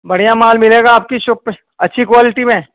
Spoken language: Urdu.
بڑھیا مال ملے گا آپ کی شاپ پہ اچھی کوالٹی میں